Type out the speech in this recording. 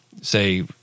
say